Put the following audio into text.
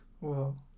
Wow